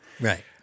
Right